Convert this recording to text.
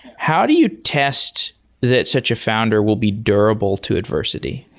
how do you test that such a founder will be durable to adversity?